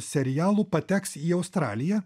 serialų pateks į australiją